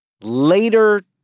later